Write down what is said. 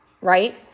right